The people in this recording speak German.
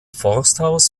forsthaus